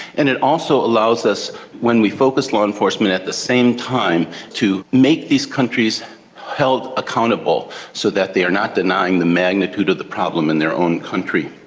and it also allows us when we focus law enforcement at the same time to make these countries held accountable so that they are not denying the magnitude of the problem in their own country.